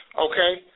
Okay